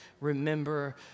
remember